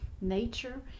Nature